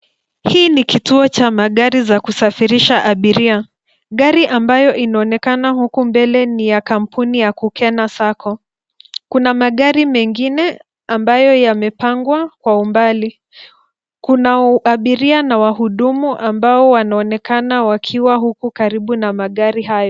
Hii ni kituo cha magari za kusafirisha abiria. Gari ambayo inaonekana huku mbele ni ya kampuni ya Kukena Sacco. Kuna magari mengine ambayo yamepangwa kwa umbali. Kuna abiria na wahudumu ambao wanaonekana wakiwa huku karibu na magari hayo.